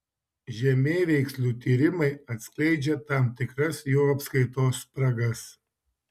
žemėveikslių tyrimai atskleidžia tam tikras jų apskaitos spragas